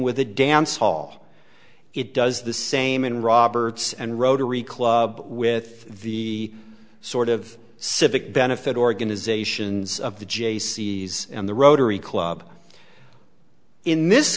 hall it does the same in roberts and rotary club with the sort of civic benefit organizations of the jaycees and the rotary club in this